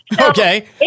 okay